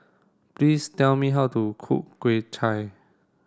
please tell me how to cook Chap Chai